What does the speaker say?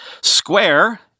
Square